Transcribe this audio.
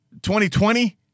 2020